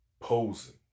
posing